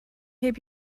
heb